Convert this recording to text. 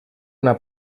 una